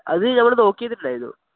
അതു നമ്മള് യിരുന്നു